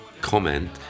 comment